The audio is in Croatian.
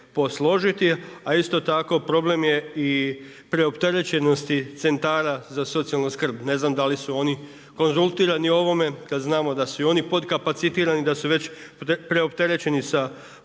A isto tako problem je preopterećenosti centara za socijalnu skrb, ne znam da li su oni konzultirani o ovome kada znamo da su i oni potkapacitirani da su već preopterećeni sa poslovima